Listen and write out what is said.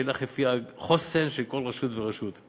שילכו לפי החוסן של כל רשות ורשות.